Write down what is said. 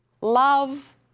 love